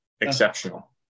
exceptional